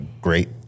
great